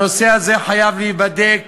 הנושא הזה חייב להיבדק